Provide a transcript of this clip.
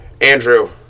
Andrew